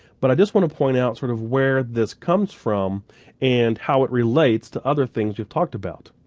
but i just wanna point out sort of where this comes from and how it relates to other things we've talked about.